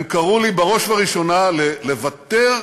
הם קראו לי, בראש ובראשונה, לוותר,